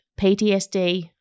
PTSD